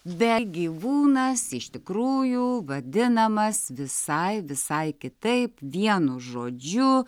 bet gyvūnas iš tikrųjų vadinamas visai visai kitaip vienu žodžiu